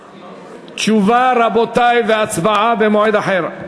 תשובה, רבותי, והצבעה במועד אחר.